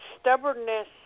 stubbornness